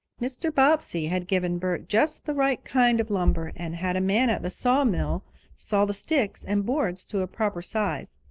mr. bobbsey had given bert just the right kind of lumber, and had a man at the saw-mill saw the sticks and boards to a proper size.